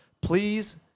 please